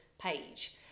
page